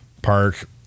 park